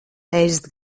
ēst